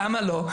למה לא?